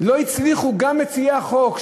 לא הצליחו גם מציעי החוק,